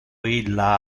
illa